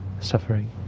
suffering